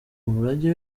umurage